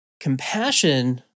Compassion